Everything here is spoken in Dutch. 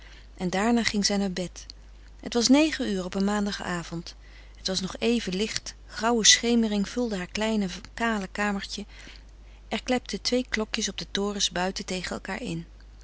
en daarna ging zij naar bed het was negen uur op een maandagavond het was nog even licht grauwe schemering vulde haar kleine kale kamertje er klepten twee klokjes op de torens buiten tegen elkaar in